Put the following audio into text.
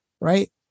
right